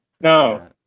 No